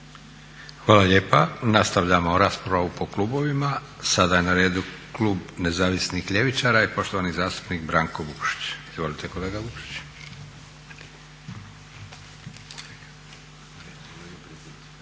Hvala lijepa. Nastavljamo raspravu po klubovima. Sada je na redu Klub Nezavisnih ljevičara i poštovani zastupnik Branko Vukšić. Izvolite kolega Vukšić.